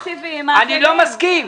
אני לא מסכים.